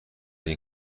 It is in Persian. این